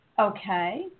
Okay